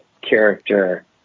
character